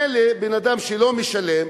מילא, בן-אדם שלא משלם,